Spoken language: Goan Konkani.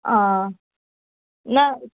आ ना